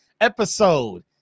episode